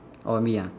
orh me ah